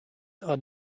are